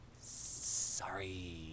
Sorry